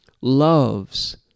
Loves